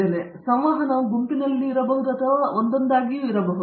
ಆದ್ದರಿಂದ ಸಂವಹನವು ಗುಂಪಿನಲ್ಲಿರಬಹುದು ಅಥವಾ ಒಂದೊಂದಾಗಿರಬಹುದು